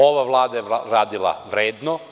Ova Vlada je radila vredno.